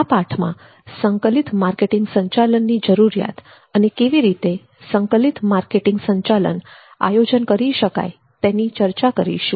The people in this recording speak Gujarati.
આ પાઠમાં સંકલિત માર્કેટીંગ સંચાલનની જરૂરિયાત અને કેવી રીતે સંકલિત માર્કેટીંગ સંચાલન આયોજન કરી શકાય તેની ચર્ચા કરીશું